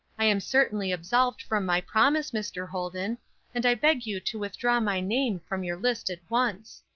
i am certainly absolved from my promise, mr. holden and i beg you to withdraw my name from your list at once.